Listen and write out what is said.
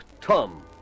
Tom